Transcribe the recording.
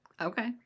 Okay